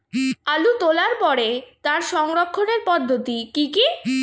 আলু তোলার পরে তার সংরক্ষণের পদ্ধতি কি কি?